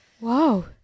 wow